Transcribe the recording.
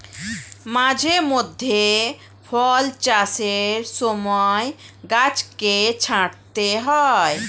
মাঝে মধ্যে ফল চাষের সময় গাছকে ছাঁটতে হয়